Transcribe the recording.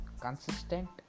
consistent